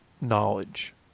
knowledge